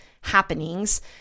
happenings